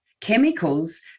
chemicals